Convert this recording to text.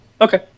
Okay